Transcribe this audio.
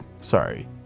sorry